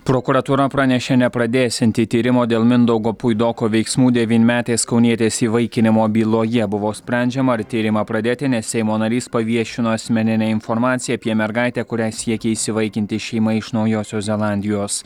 prokuratūra pranešė nepradėsianti tyrimo dėl mindaugo puidoko veiksmų devynmetės kaunietės įvaikinimo byloje buvo sprendžiama ar tyrimą pradėti nes seimo narys paviešino asmeninę informaciją apie mergaitę kurią siekė įsivaikinti šeima iš naujosios zelandijos